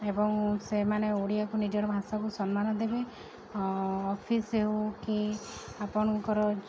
ଏବଂ ସେମାନେ ଓଡ଼ିଆକୁ ନିଜର ଭାଷାକୁ ସମ୍ମାନ ଦେବେ ଅଫିସ୍ ହେଉ କି ଆପଣଙ୍କର